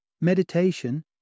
Meditation